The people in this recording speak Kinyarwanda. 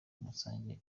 dusangiye